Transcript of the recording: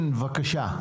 כן, בבקשה.